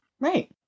Right